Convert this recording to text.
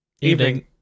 evening